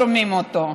שומעים אותו,